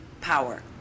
Power